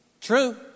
True